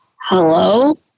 hello